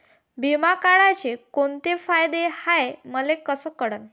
बिमा काढाचे कोंते फायदे हाय मले कस कळन?